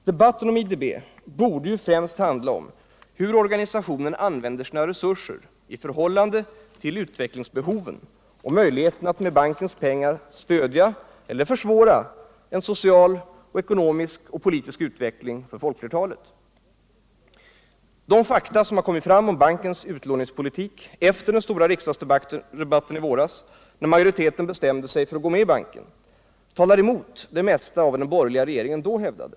Debatten om IDB borde ju främst handla om hur organisationen använder sina resurser i förhållande till utvecklingsbehoven och möjligheterna att med bankens pengar stödja — eller försvåra — en social, ekonomisk och politisk utveckling för folkflertalet. De fakta som har kommit fram om bankens utlåningspolitik efter den stora riksdagsdebatten i våras, då majoriteten bestämde sig för att gå med i banken, talar emot det mesta av vad den borgerliga regeringen då hävdade.